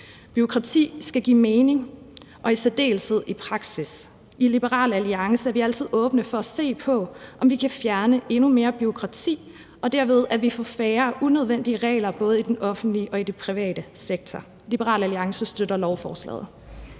Bureaukrati skal give mening, og i særdeleshed i praksis. I Liberal Alliance er vi altid åbne for at se på, om vi kan fjerne endnu mere bureaukrati, så vi derved får færre unødvendige regler både i den offentlige og den private sektor. Liberal Alliance støtter lovforslaget.